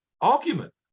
argument